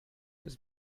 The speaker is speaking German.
bis